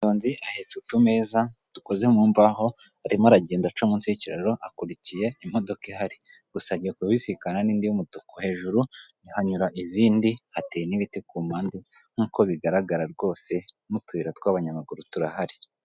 Umunyonzi ahetse utumeza dukoze mu mbaho, arimo aragenda aca munsi y'iikiraro, akurikiye imodoka ihari, gusa agiye kubisikana n'indi y'umutuku, hejuru hanyura izindi hateye n'ibiti ku mpande, nk'uko bigaragara rwose, n'utuyira tw'abanyamaguru turahari.